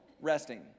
resting